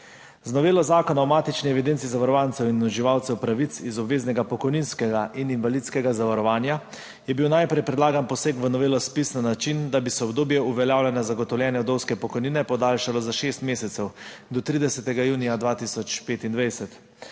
Z novelo Zakona o matični evidenci zavarovancev in uživalcev pravic iz obveznega pokojninskega in invalidskega zavarovanja je bil najprej predlagan poseg v novelo ZPIZ na način, da bi se obdobje uveljavljanja zagotovljene vdovske pokojnine podaljšalo za šest mesecev, do 30. junija 2025.